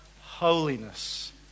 holiness